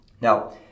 Now